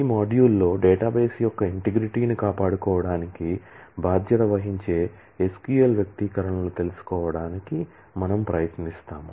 ఈ మాడ్యూల్లో డేటాబేస్ యొక్క ఇంటిగ్రిటీ ను కాపాడుకోవడానికి బాధ్యత వహించే SQL వ్యక్తీకరణలను తెలుసుకోవడానికి మనము ప్రయత్నిస్తాము